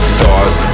Stars